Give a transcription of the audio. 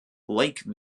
lake